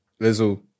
Lizzo